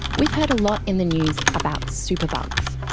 we've heard a lot in the news about superbugs.